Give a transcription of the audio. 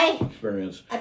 experience